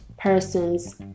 Persons